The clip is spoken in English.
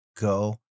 go